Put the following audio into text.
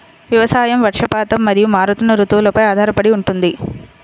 వ్యవసాయం వర్షపాతం మరియు మారుతున్న రుతువులపై ఆధారపడి ఉంటుంది